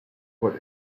put